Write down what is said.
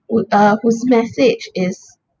would uh whose message is